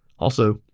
also,